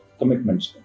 commitments